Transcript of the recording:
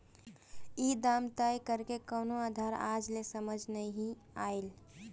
ई दाम तय करेके कवनो आधार आज ले समझ नाइ आइल